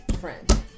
friend